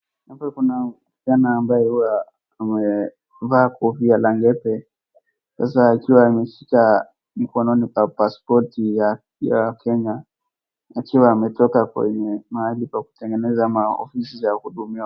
Hapa kuna kijana ambaye huwa amevaa kofia la ngethe, sasa akiwa ameshika mikononi pasipoti ya Kenya, akiwa ametoka kwenye mahali pakutengeneza ama maofisi ya kuwahudumia.